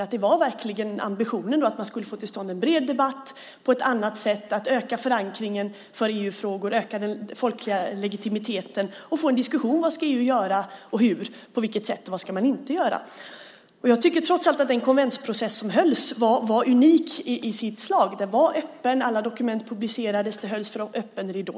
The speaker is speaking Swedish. Ambitionen var verkligen att man skulle få till stånd en bred debatt på ett annat sätt för att öka förankringen för EU-frågor, öka den folkliga legitimiteten och få en diskussion om vad EU ska göra och hur och vad man inte ska göra. Jag tycker trots allt att den konventsprocess som hölls var unik i sitt slag. Den var öppen. Alla dokument publicerades. Den hölls för öppen ridå.